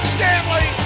Stanley